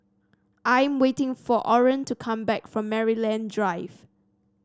I'm waiting for Orene to come back from Maryland Drive